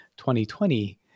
2020